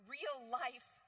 Real-life